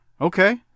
okay